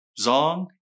Zong